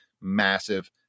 massive